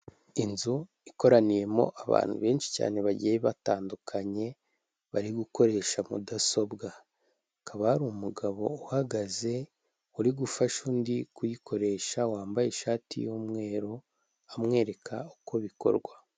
Inzu ikoraniyemo abantu benshi cyane bagiye batandukanye, bari gukoresha mudasobwa hakaba hari umugabo uhagaze uri gufasha undi kuyikoresha wambaye ishati y'umweru, amwereka uko bikorwa.